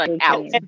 out